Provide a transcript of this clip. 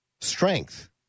Strength